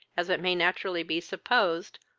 as it may naturally be supposed,